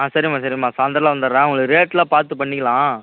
ஆ சரிம்மா சரிம்மா சாய்ந்தரமெலாம் வந்தடுறேன் உங்களுக்கு ரேட்டெலாம் பார்த்து பண்ணிக்கலாம்